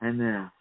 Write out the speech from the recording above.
Amen